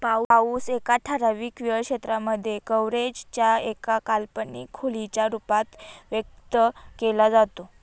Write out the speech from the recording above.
पाऊस एका ठराविक वेळ क्षेत्रांमध्ये, कव्हरेज च्या एका काल्पनिक खोलीच्या रूपात व्यक्त केला जातो